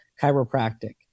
Chiropractic